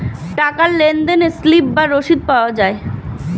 টাকার লেনদেনে স্লিপ বা রসিদ পাওয়া যায়